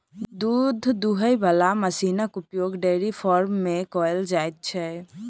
दूध दूहय बला मशीनक उपयोग डेयरी फार्म मे कयल जाइत छै